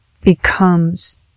becomes